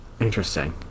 Interesting